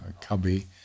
cubby